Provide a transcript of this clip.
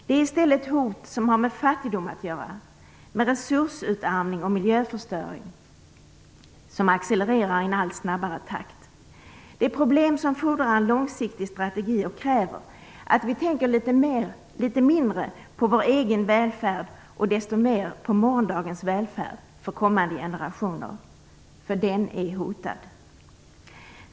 Det är i stället ett hot som har med fattigdom att göra, med resursutarmning och miljöförstöring som accelererar i en allt snabbare takt. Det är problem som fordrar en långsiktig strategi och kräver att vi tänker litet mindre på vår egen välfärd och desto mer på morgondagens välfärd för kommande generationer, för den är hotad.